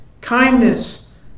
kindness